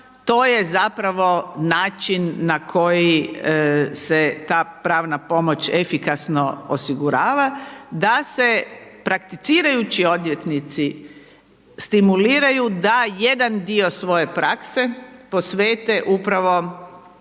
to je zapravo način na koji se ta pravna pomoć efikasno osigurava da se prakticirajući odvjetnici stimuliraju da jedan dio svoje prakse posvete upravo